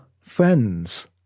friends